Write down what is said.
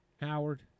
Howard